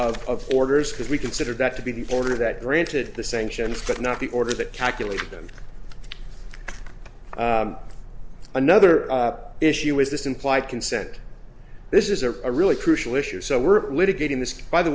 of orders because we consider that to be the order that granted the sanctions but not the order that calculate them another issue is this implied consent this is a really crucial issue so we're